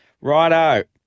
Righto